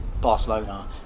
Barcelona